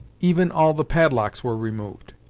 even all the padlocks were removed,